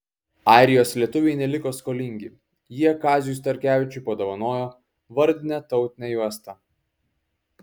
airijos lietuviai neliko skolingi jie kaziui starkevičiui padovanojo vardinę tautinę juostą